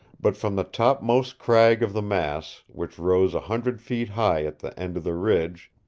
but from the top-most crag of the mass, which rose a hundred feet high at the end of the ridge,